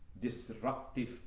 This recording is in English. disruptive